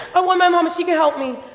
i want my mama, she can help me.